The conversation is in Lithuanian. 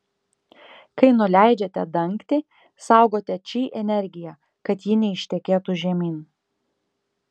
kai nuleidžiate dangtį saugote či energiją kad ji neištekėtų žemyn